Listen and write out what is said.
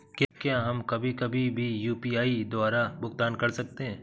क्या हम कभी कभी भी यू.पी.आई द्वारा भुगतान कर सकते हैं?